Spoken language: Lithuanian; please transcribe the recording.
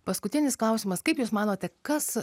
paskutinis klausimas kaip jūs manote kas